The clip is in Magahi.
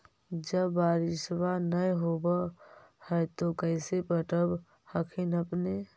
जब बारिसबा नय होब है तो कैसे पटब हखिन अपने?